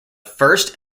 first